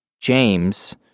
James